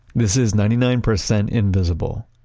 this is ninety nine percent invisible.